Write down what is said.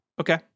Okay